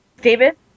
David